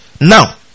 now